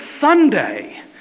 Sunday